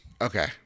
Okay